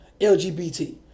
LGBT